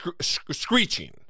screeching